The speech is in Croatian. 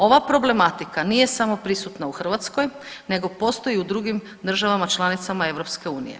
Ova problematika nije samo prisutna u Hrvatskoj, nego postoji i u drugim državama članicama EU.